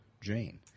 Jane